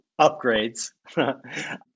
upgrades